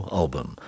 album